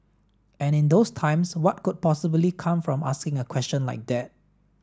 and in those times what could possibly come from asking a question like that